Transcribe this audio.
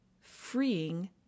freeing